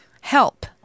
help